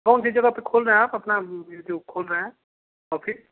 कौन सी जगह पर खोल रहे हें आप अपना ये जो खोल रहे हें अफीस